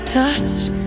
touched